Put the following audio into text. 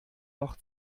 noch